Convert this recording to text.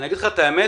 אני אגיד לך את האמת,